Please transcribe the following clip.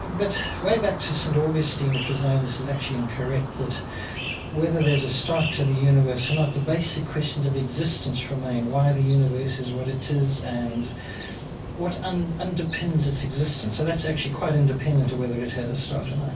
but way back to saint augustine, it was known this is actually incorrect, that whether there's a start to the universe or not, the basic questions of existence remain, why the universe is what it is and what and underpins its existence. so that's actually quite independent of whether it had a start or not